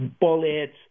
bullets